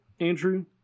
Andrew